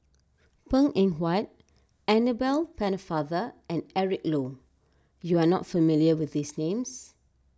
Png Eng Huat Annabel Pennefather and Eric Low you are not familiar with these names